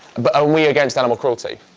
but are we against animal cruelty